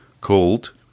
called